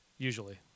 Usually